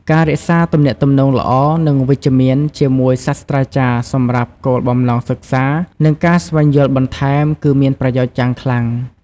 ការរក្សាទំនាក់ទំនងល្អ និងវិជ្ជមាន ជាមួយសាស្រ្តាចារ្យសម្រាប់គោលបំណងសិក្សា និងការស្វែងយល់បន្ថែម គឺមានប្រយោជន៍យ៉ាងខ្លាំង។